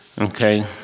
okay